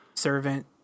servant